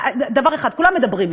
דבר אחד: כולם מדברים שם,